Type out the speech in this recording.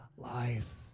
life